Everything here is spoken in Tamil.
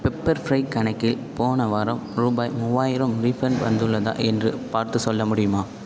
பெப்பர் ஃப்ரை கணக்கில் போன வாரம் ரூபாய் மூவாயிரம் ரீஃபண்ட் வந்துள்ளதா என்று பார்த்துச் சொல்ல முடியுமா